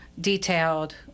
detailed